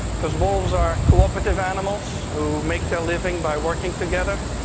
because wolves are cooperative animals who make their living by working together.